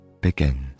begins